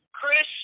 Chris